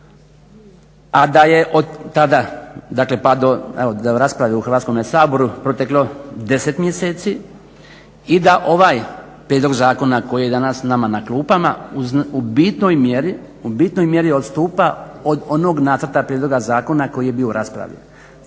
a da je otada dakle pa do evo rasprave u Hrvatskome saboru proteklo 10 mjeseci i da ovaj prijedlog zakona koji je danas nama na klupama u bitnoj mjeri odstupa od onog nacrta prijedloga zakona koji je bio u raspravi.